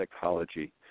psychology